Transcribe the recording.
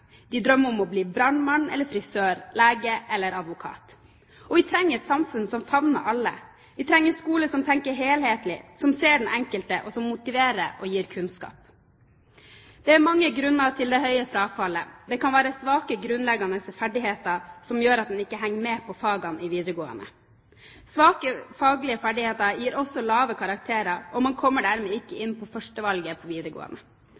De drømmer om å bli brannmann eller frisør, lege eller advokat, og vi trenger et samfunn som favner alle. Vi trenger en skole som tenker helhetlig, som ser den enkelte og som motiverer og gir kunnskap. Det er mange grunner til det høye frafallet. Det kan være svake grunnleggende ferdigheter som gjør at man ikke henger med på fagene i videregående. Svake faglige ferdigheter gir også lave karakterer, og man kommer dermed ikke inn på førstevalget på videregående.